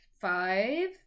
five